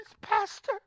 pastor